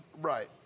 Right